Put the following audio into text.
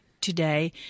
today